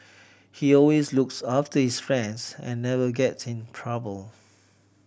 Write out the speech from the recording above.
he always looks after his friends and never gets in trouble